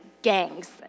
Gangs